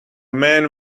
man